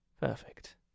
Perfect